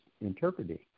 interpreting